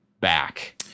back